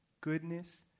goodness